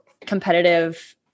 competitive